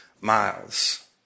miles